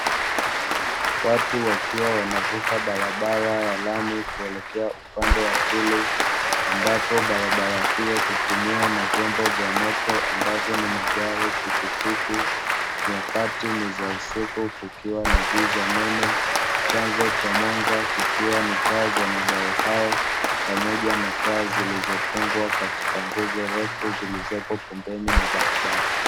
Watu wakiwa wanavuka barabara ya rami kuelekea upande wa pili, ambapo barabara hiyo hutumiwa na vyombo vya moto ambavyo ni magari, pikipiki, nyakati ni za usiku kukiwa na giza nene, chanzo cha mwanga kikiwa ni taa za magari hayo pamoja na taa zilizofungwa katika nguzo refu zilizopo pembeni mwa barabara.